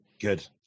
Good